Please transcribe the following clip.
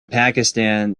pakistan